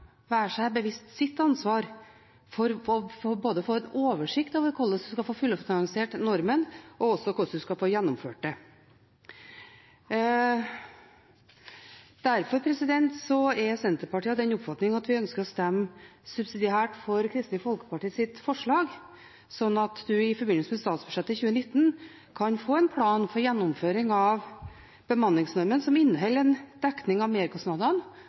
være seg sitt ansvar bevisst for å få en oversikt over både hvordan man skal få fullfinansiert normen og hvordan man skal få gjennomført det. Derfor ønsker Senterpartiet å stemme subsidiært for Kristelig Folkepartis forslag, slik at man i forbindelse med statsbudsjettet 2019 kan få en plan for gjennomføring av bemanningsnormen, som inneholder en dekning av merkostnadene,